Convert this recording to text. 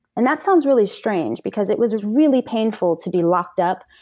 and that sounds really strange because it was really painful to be locked up,